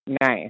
Nice